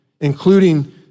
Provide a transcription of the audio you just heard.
including